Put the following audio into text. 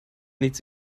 nichts